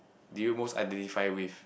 do you most identify with